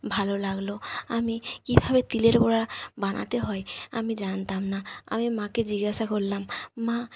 ভালো লাগলো আমি কীভাবে তিলের বড়া বানাতে হয় আমি জানতাম না আমি মাকে জিজ্ঞাসা করলাম মা